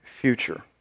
future